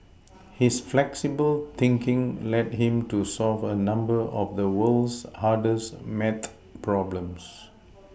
his flexible thinking led him to solve a number of the world's hardest math problems